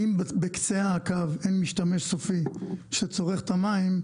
אם בקצה הקו, אין משתמש סופי שצורך את המים,